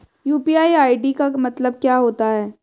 UPI ID का मतलब क्या होता है?